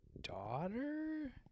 daughter